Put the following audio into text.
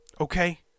Okay